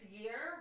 year